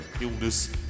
illness